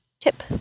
Tip